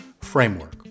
framework